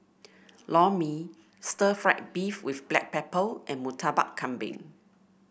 Lor Mee Stir Fried Beef with Black Pepper and Murtabak Kambing